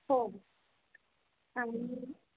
हो आणि